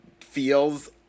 feels